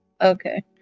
Okay